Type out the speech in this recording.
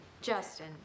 justin